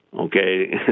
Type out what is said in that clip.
Okay